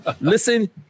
Listen